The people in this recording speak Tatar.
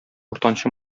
уртанчы